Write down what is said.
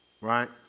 Right